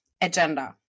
agenda